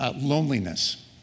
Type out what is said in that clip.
Loneliness